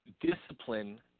discipline